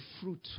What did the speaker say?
fruit